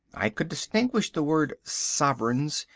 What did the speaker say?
i could distinguish the word sovereigns,